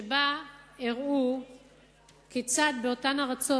שבה הראו כיצד באותן ארצות,